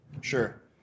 Sure